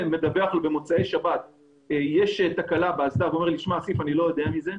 במוצאי שבת שיש תקלה באסדה והוא לא יודע מזה,